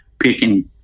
picking